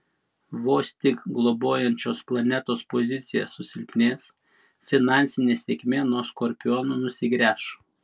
vos tik globojančios planetos pozicija susilpnės finansinė sėkmė nuo skorpionų nusigręš